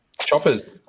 Choppers